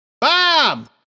Bob